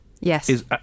Yes